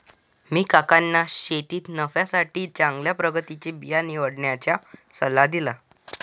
मी काकांना शेतीत नफ्यासाठी चांगल्या प्रतीचे बिया निवडण्याचा सल्ला दिला